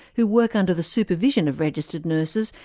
who work under the supervision of registered nurses,